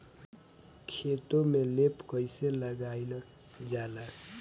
खेतो में लेप कईसे लगाई ल जाला?